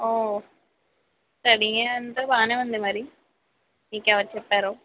ఓ study అంతా బాగానే ఉంది మరి మీకు ఎవరు చెప్పారో